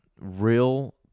real